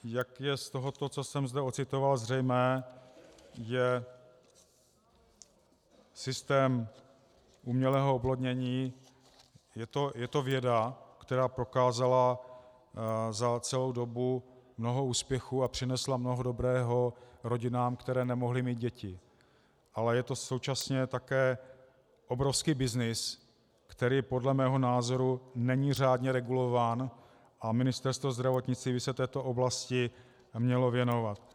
Jak je z toho, co jsem odcitoval, zřejmé, je systém umělého oplodnění věda, která prokázala za celou dobu mnoho úspěchů a přinesla mnoho dobrého rodinám, které nemohly mít děti, ale je to současně také obrovský byznys, který podle mého názoru není řádně regulován, a Ministerstvo zdravotnictví by se této oblasti mělo věnovat.